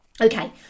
Okay